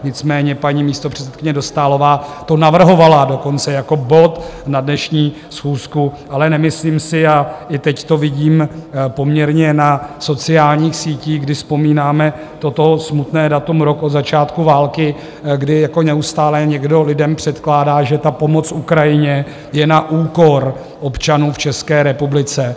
Nicméně paní místopředsedkyně Dostálová to navrhovala dokonce jako bod na dnešní schůzku, ale nemyslím si a i teď to vidím poměrně na sociálních sítí, kdy vzpomínáme toto smutné datum, rok od začátku války kdy neustále někdo lidem předkládá, že pomoc Ukrajině je na úkor občanů v České republice.